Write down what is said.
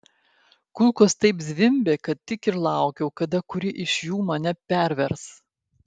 kulkos taip zvimbė kad tik ir laukiau kada kuri iš jų mane pervers